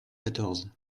quatorze